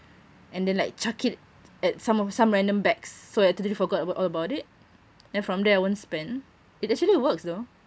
and then like chuck it at some of some random bags so I totally forgot about all about it then from there I won't spend it actually works though